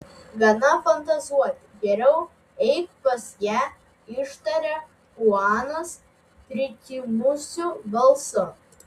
gana fantazuoti geriau eik pas ją ištaria chuanas prikimusiu balsu